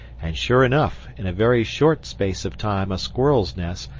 and sure enough, in a very short space of time a squirrel's nest,